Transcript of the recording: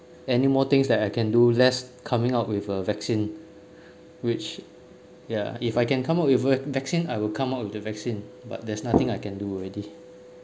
anymore things that I can do lest coming out with a vaccine which ya if I can come up with a vaccine I will come up with the vaccine but there's nothing I can do already